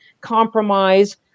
compromise